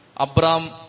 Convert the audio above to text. Abraham